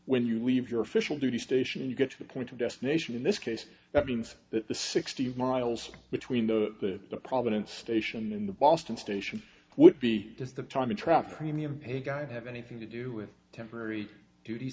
when you leave your official duty station and you get to the point of destination in this case that means that the sixty miles between the providence station in the boston station would be is the time to track the premium he got have anything to do with temporary duty